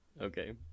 okay